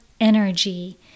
energy